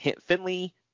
Finley